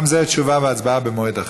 גם בזה תשובה והצבעה במועד אחר.